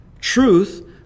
Truth